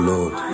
Lord